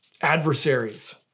adversaries